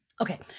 Okay